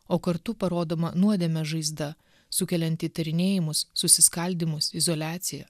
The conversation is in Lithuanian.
o kartu parodoma nuodėmės žaizda sukelianti įtarinėjimus susiskaldymus izoliaciją